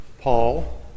Paul